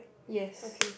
yes